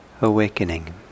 awakening